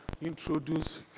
introduce